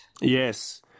Yes